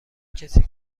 کسی